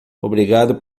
obrigado